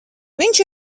viņš